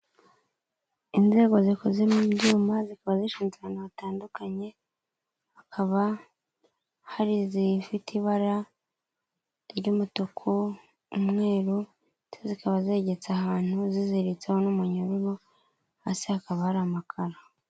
Inzego zikozemo ibyuma, zikaba zifunze ahantu hatandukanye, hakaba hari zifite ibara ry'umutuku, umweru, ndetse zekaba zagetse ahantu zizireritse n'umunyururu hasi hakaba hari amakara.